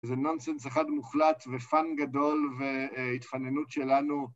זה נונסנס אחד מוחלט ופאן גדול והתפננות שלנו.